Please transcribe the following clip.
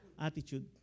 attitude